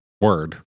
word